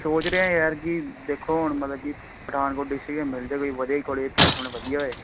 ਸੋਚ ਰਿਹਾ ਯਾਰ ਕਿ ਦੇਖੋ ਹੁਣ ਮਤਲਬ ਕਿ ਪਠਾਨਕੋਟ ਡਿਸਟਿਕ ਏ ਮਿਲ ਜਾਵੇ ਵਧੀਆ ਕਾਲਜ ਪਲੇਸਮੈਂਟ ਵਧੀਆ ਹੋਏ